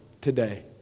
today